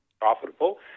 profitable